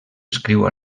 escriu